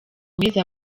guheza